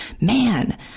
man